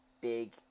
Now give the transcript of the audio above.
big